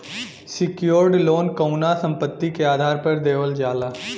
secured loan कउनो संपत्ति के आधार पर देवल जाला